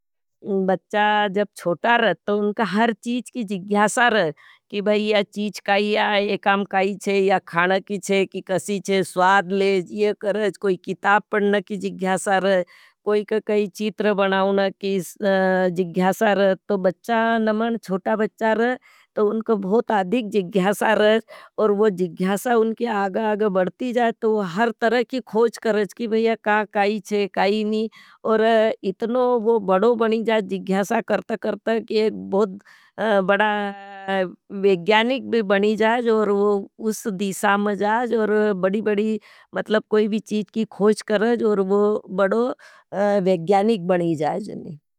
बच्चा जब चोटा रथ, तो उनका हर चीज की जिज्ञासा रथ की बही या चीज काई है। ये काम काई है, या खाना की है, की कसी है, स्वाद ले, ये करेज, कोई किताप पढ़ना की जिज्ञासा रथ, कोई का काई चीटर बनाऊना की जिज्ञासा रथ, तो बच्चा शोटा बच्चा रह। तो उनका बहुत अधिक जिज्ञासा रथ, और वो जिज्ञासा उनका आगा आगा बढ़ती जाए। तो हर तरह की खोच करेज, कि भीया का काई छे काईनी। और इतनी वो बड़ो बनी जाएँ जिग्ञासा करतकर त। ही भोध बड़ा वेग्जानीख भी बनी जाएँ और वो उस दीशा में जाएँ। और बड़ी-बड़ी तो मतलब कोई भी चीज की खोश करच और वो बड़ो विज्ञानीक बनी जाये जाये।